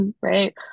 right